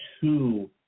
two